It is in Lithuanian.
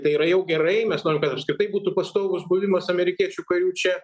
tai yra jau gerai mes norim kad apskritai būtų pastovus buvimas amerikiečių karių čia